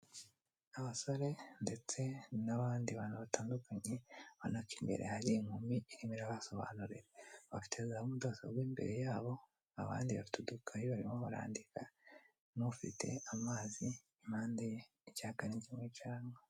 Abasore ndetse n'abandi bantu batandukanye, ubona ko imbere hari inkumi irimo irabasobanurira. Bafite za mudasobwa imbere yabo, abandi bafite udukayi barimo barandika n'ufite amazi impande ye, icyaka ni kimwica aranywa.